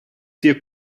sia